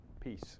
peace